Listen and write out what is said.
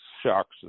shocks